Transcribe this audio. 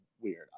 weird